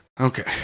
Okay